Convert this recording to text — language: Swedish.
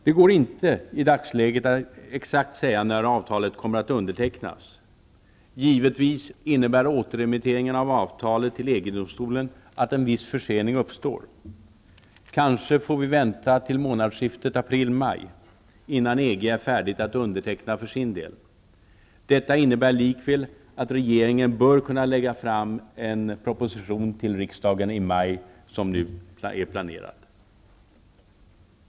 Det går i dagsläget inte att säga exakt när avtalet kommer att undertecknas. Givetvis innebär återremitteringen av avtalet till EG-domstolen att en viss försening uppstår. Kanske får vi vänta till månadsskiftet april-maj innan EG är färdigt att underteckna för sin del. Detta innebär likväl att regeringen bör kunna lägga fram en proposition till riksdagen i maj, vilket är planerat.